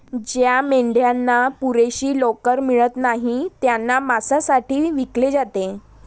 ज्या मेंढ्यांना पुरेशी लोकर मिळत नाही त्यांना मांसासाठी विकले जाते